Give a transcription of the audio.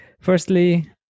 firstly